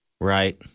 Right